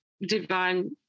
divine